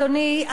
אדוני,